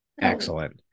Excellent